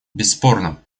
бесспорно